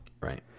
Right